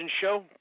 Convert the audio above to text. Show